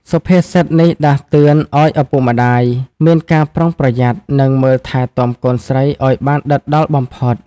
សុភាសិតនេះដាស់តឿនឱ្យឪពុកម្ដាយមានការប្រុងប្រយ័ត្ន និងមើលថែទាំកូនស្រីឱ្យបានដិតដល់បំផុត។